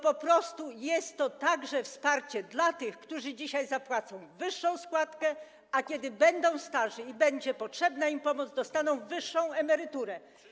Po prostu jest to także wsparcie dla tych, którzy dzisiaj zapłacą wyższą składkę, a kiedy będą starzy i będzie im potrzebna pomoc, dostaną wyższą emeryturę.